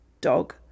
dog